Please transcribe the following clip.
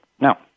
now